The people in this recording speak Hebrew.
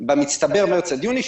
במצטבר מרץ עד יוני,